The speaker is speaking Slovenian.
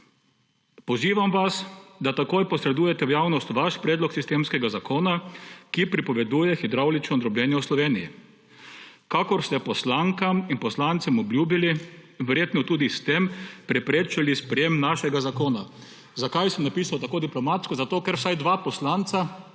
»Pozivam vas, da takoj posredujete v javnost vaš predlog sistemskega zakona, ki prepoveduje hidravlično drobljene v Sloveniji, kakor ste poslankam in poslancem obljubili in verjetno tudi s tem preprečili sprejem našega zakona.« Zakaj sem napisal tako diplomatsko? Zato, ker vsaj dva poslanca,